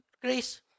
Grace